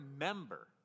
remember